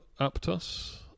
Aptos